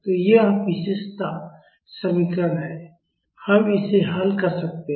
तो यह विशेषता समीकरण है हम इसे हल कर सकते हैं